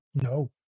no